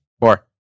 Four